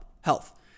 Health